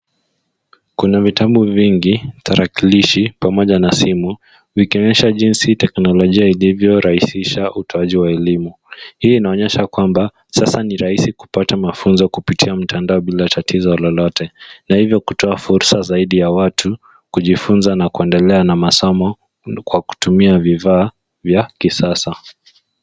Kuna vitabu vingi, tarakilishi pamoja na simu vikionyesha jinsi teknolojia ilivyo rahisisha utoaji wa elimu. Hii inaonyesha kwamba sasa ni rahisi kupata mafunzo kupitia mtandao bila tatizo lolote na hivyo kutoa fursa zaidi ya watu kujifunza na kuendelea na masomo kwa kutumia vifaa vya kisasa.